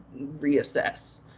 reassess